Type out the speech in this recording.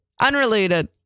Unrelated